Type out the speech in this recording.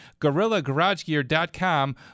GorillaGarageGear.com